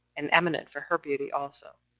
and eminent for her beauty also.